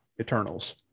eternals